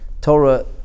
torah